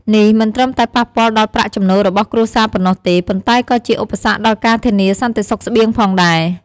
នេះមិនត្រឹមតែប៉ះពាល់ដល់ប្រាក់ចំណូលរបស់គ្រួសារប៉ុណ្ណោះទេ ប៉ុន្តែក៏ជាឧបសគ្គដល់ការធានាសន្តិសុខស្បៀងផងដែរ។